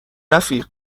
رفیق